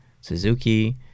Suzuki